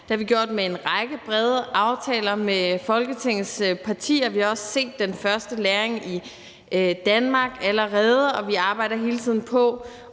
Det har vi gjort med en række brede aftaler med Folketingets partier. Vi har også allerede set den første lagring i Danmark, og vi arbejder hele tiden på,